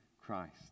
Christ